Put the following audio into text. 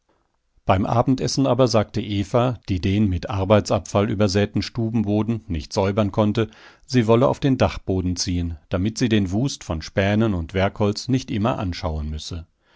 beim abendessen aber sagte eva die den mit arbeitsabfall übersäten stubenboden nicht säubern konnte sie wolle auf den dachboden ziehen damit sie den wust von spänen und werkholz nicht immer anschauen müsse